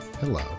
Hello